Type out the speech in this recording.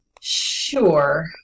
Sure